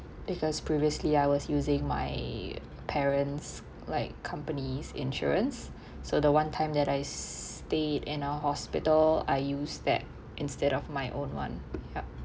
because previously I was using my parents like companies' insurance so the one time that I stayed in a hospital I use that instead of my own [one] yup